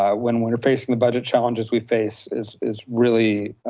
when we're facing the budget challenges we face, is is really